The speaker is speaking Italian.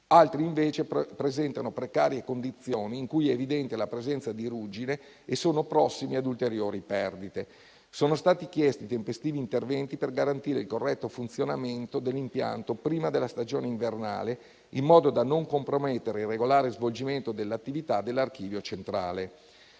Altri invece presentano precarie condizioni in cui è evidente la presenza di ruggine e sono prossimi a ulteriori perdite. Sono stati chiesti tempestivi interventi per garantire il corretto funzionamento dell'impianto prima della stagione invernale, in modo da non compromettere il regolare svolgimento dell'attività dell'Archivio centrale.